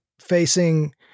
facing